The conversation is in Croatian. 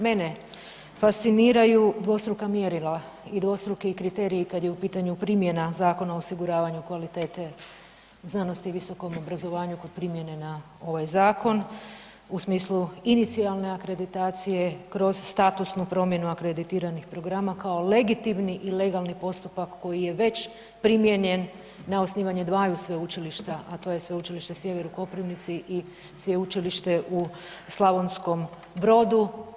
Mene fasciniraju dvostruka mjerila i dvostruki kriteriji kad je u pitanju primjena Zakona o osiguravanju kvalitete znanosti i visokom obrazovanju kod primjene na ovaj zakon u smislu inicijalne akreditacije kroz statusnu promjenu akreditiranih programa kao legitimni i legalni postupak koji je već primijenjen na osnivanje dvaju sveučilišta, a to je Sveučilište Sjever u Koprivnici i Sveučilište u Slavonskom Brodu.